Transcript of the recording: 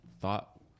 thought